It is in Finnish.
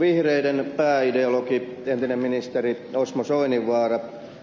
vihreiden pääideologi entinen ministeri osmo soininvaara